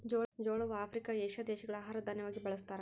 ಜೋಳವು Africa, Asia ದೇಶಗಳ ಆಹಾರ ದಾನ್ಯವಾಗಿ ಬಳಸ್ತಾರ